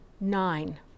nine